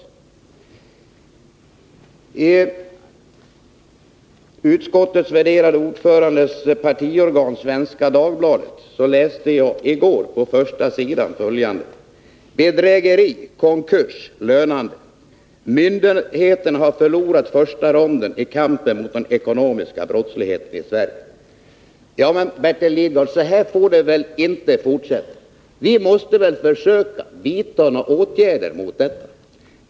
I utskottets värderade ordförandes partiorgan, Svenska Dagbladet, läste jag i går på första sidan följande: ”Bedrägeri, konkurs ”lönande”. Myndigheterna har förlorat första ronden i kampen mot den ekonomiska brottsligheten i Sverige.” Men, Bertil Lidgard, så här får det väl inte fortsätta. Vi måste vidta motåtgärder.